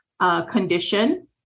condition